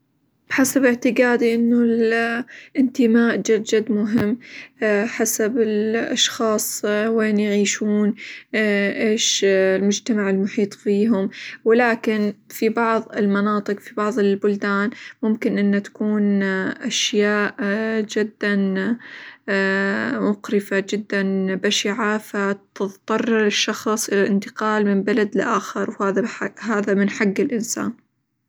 بحسب اعتقادي إنه -ال- الانتماء جد جد مهم حسب الأشخاص وين يعيشون؟ إيش المجتمع المحيط فيهم؟ ولكن في بعظ المناطق، في بعظ البلدان ممكن إنه تكون أشياء جدًا مقرفة، جدًا بشعة؛ فتظطر الشخص إلى الإنتقال من بلد لآخر، و-هذا بحق- هذا من حق الإنسان.